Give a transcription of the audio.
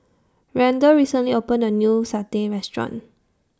Randle recently opened A New Satay Restaurant